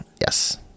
yes